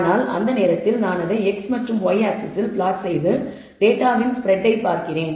ஆனால் அந்த நேரத்தில் நான் அதை x மற்றும் y ஆக்ஸிஸ்ஸில் பிளாட் செய்து டேட்டாவின் பரவலைப் பார்க்கிறேன்